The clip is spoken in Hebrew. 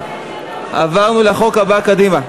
קדימה.